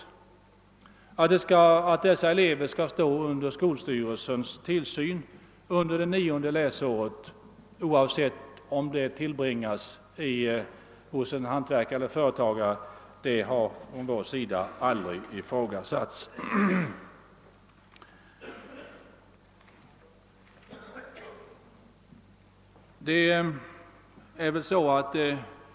Att dessa elever skall stå under skolstyrelsens tillsyn det nionde läsåret, även om detta tillbringas hos en hantverkare eller företagare, har från vår sida aldrig ifrågasatts.